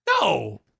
No